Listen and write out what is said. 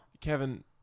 Kevin